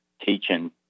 teaching